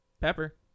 Pepper